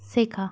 শেখা